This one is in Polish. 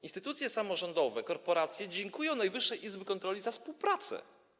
Instytucje samorządowe, korporacje dziękują Najwyższej Izbie Kontroli za współpracę.